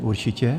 Určitě.